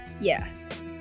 Yes